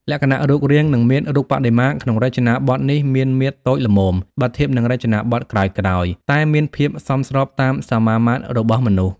លក្ខណៈរូបរាង និងមាឌ រូបបដិមាក្នុងរចនាបថនេះមាន មាឌតូចល្មម បើធៀបនឹងរចនាបថក្រោយៗ តែមានភាពសមស្របតាមសមាមាត្ររបស់មនុស្ស។